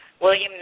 William